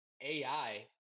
AI